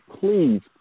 please